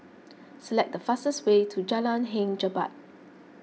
select the fastest way to Jalan Hang Jebat